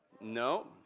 no